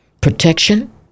protection